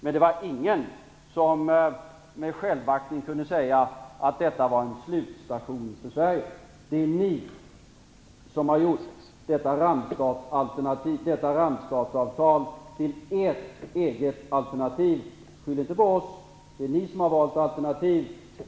Men det var ingen som med självaktning kunde säga att detta var en slutstation för Det är ni som har gjort detta randstatsavtal till ert eget alternativ. Skyll inte på oss! Det är ni som har valt alternativ.